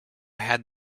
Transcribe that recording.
had